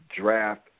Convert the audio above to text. draft